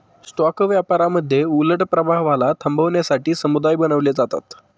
stock व्यापारामध्ये उलट प्रभावाला थांबवण्यासाठी समुदाय बनवले जातात